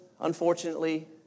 unfortunately